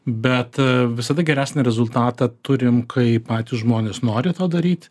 bet visada geresnį rezultatą turim kai patys žmonės nori tą daryti